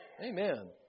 Amen